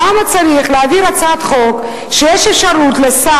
למה צריך להעביר הצעת חוק שלפיה יש לשר